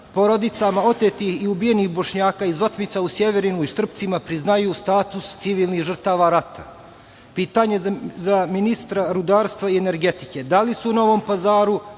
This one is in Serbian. porodicama otetih i ubijenih Bošnjaka iz otmica u Sjeverinu i Štrpcima priznaju status civilnih žrtava rata? Pitanje za ministra rudarstva i energetike – da li se u Novom Pazaru